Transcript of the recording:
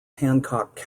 hancock